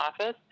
office